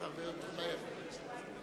רבותי חברי הכנסת,